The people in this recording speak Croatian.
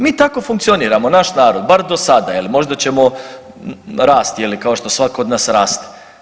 Mi tako funkcioniramo, naš narod, bar do sada jel, možda ćemo rasti je li kao što svako od nas raste.